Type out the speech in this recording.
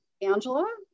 Angela